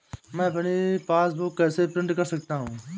मैं अपनी पासबुक कैसे प्रिंट कर सकता हूँ?